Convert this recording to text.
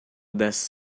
das